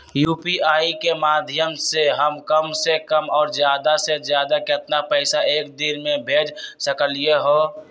UPI के माध्यम से हम कम से कम और ज्यादा से ज्यादा केतना पैसा एक दिन में भेज सकलियै ह?